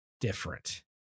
different